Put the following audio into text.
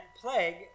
plague